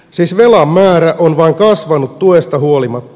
siis velan määrä on vain kasvanut tuesta huolimatta